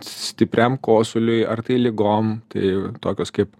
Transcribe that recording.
stipriam kosuliui ar tai ligom tai tokios kaip